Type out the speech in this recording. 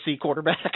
quarterback